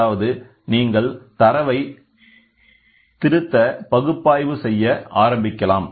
அதாவது நீங்கள் தரவை திருத்த திருத்த பகுப்பாய்வு செய்ய ஆரம்பிக்கலாம்